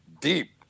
deep